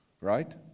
right